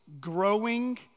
growing